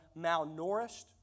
malnourished